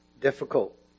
difficult